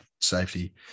safety